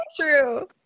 True